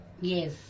Yes